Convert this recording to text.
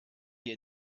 wir